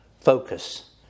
focus